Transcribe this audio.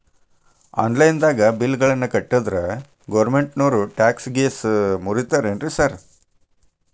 Online ದಾಗ bill ಗಳನ್ನಾ ಕಟ್ಟದ್ರೆ ಗೋರ್ಮೆಂಟಿನೋರ್ ಟ್ಯಾಕ್ಸ್ ಗೇಸ್ ಮುರೇತಾರೆನ್ರಿ ಸಾರ್?